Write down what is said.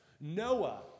Noah